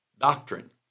doctrine